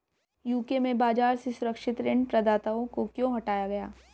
UK में बाजार से सुरक्षित ऋण प्रदाताओं को क्यों हटाया गया?